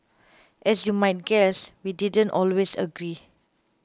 as you might guess we didn't always agree